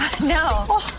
No